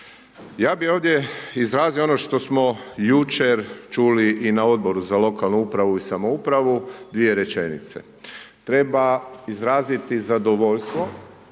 Ja bi ovdje izrazio ono što smo jučer čuli i na Odboru za lokalnu upravu i samoupravu dvije rečenice. Treba izraziti zadovoljstvo